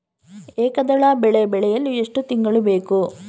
ಏಕದಳ ಬೆಳೆ ಬೆಳೆಯಲು ಎಷ್ಟು ತಿಂಗಳು ಬೇಕು?